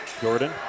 Jordan